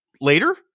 later